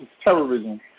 terrorism